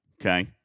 okay